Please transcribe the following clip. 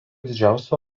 didžiausiu